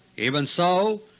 even so,